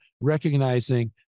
recognizing